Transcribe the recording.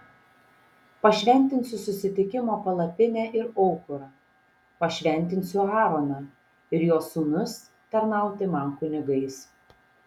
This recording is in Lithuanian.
pašventinsiu susitikimo palapinę ir aukurą pašventinsiu aaroną ir jo sūnus tarnauti man kunigais